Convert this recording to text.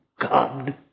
God